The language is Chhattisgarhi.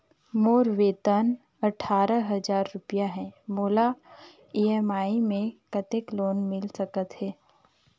मोर वेतन अट्ठारह हजार रुपिया हे मोला ई.एम.आई मे कतेक लोन मिल सकथे?